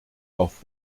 auf